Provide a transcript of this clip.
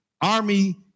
army